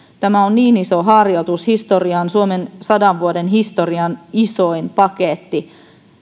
tämä on niin iso harjoitus suomen sadan vuoden historian isoin paketti